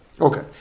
Okay